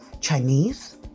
Chinese